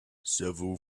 several